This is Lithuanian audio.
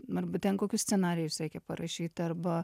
mat būtent kokius scenarijus reikia parašyti arba